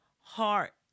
heart